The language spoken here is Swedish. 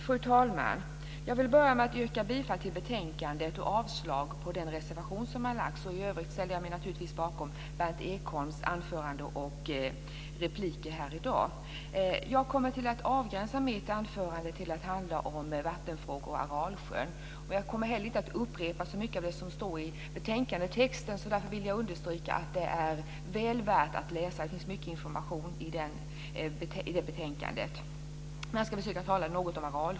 Fru talman! Jag vill börja med att yrka bifall till förslagen i betänkandet och avslag på den reservation som har avgetts. I övrigt ställer jag mig naturligtvis bakom Berndt Ekholms anförande och repliker här i dag. Jag kommer att avgränsa mitt anförande till att handla om vattenfrågor och Aralsjön. Jag kommer inte att upprepa så mycket av det som står i betänkandet. Därför vill jag understryka att det är väl värt att läsa. Det finns mycket information i det betänkandet.